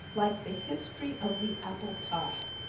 like the history of the apple pie.